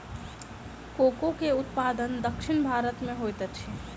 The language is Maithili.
कोको के उत्पादन दक्षिण भारत में होइत अछि